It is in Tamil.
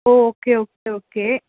O okay okay okay